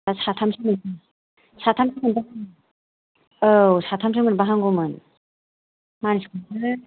आरो साथामसो मोनबा साथामसो मोनबा हामगौमोन औ साथामसो मोनबा हामगौमोन मानसिखौनो